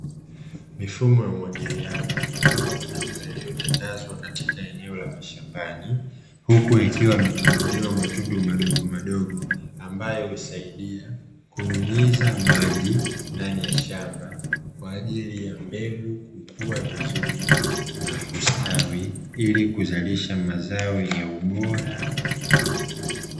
Mifumo ya umwagiliaji mabomba madogo yaliyotandazwa katika eneo la mashambani, huku yakiwa yametobolewa matundu madogomadogo ambayo husaidia kunyunyiza maji ndani ya shamba, kwa ajili ya mbegu kukua vizuri na kustawi ili kuzalisha mazao yenye ubora.